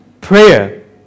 prayer